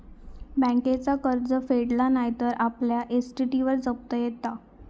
बँकेचा कर्ज फेडला नाय तर आपल्या इस्टेटीवर जप्ती येता